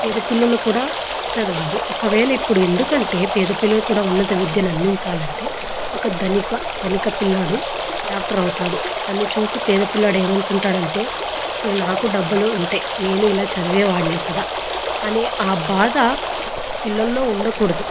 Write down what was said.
పేద పిల్లలు కూడా చదవాలి ఒకవేళ ఇప్పుడు ఎందుకంటే పేద పిల్లలు కూడా ఉన్నత విద్యను అందించాలంటే ఒక ధనిక ధనిక పిల్లాడు డాక్టర్ అవుతాడు దాన్ని చూసి పేద పిల్లాడు ఏమనుకుంటాడంటే చూడు నాకు డబ్బులు ఉంటే నేను ఇలా చదివేవాడిని కదా అనే ఆ బాధ పిల్లల్లో ఉండకూడదు